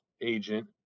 agent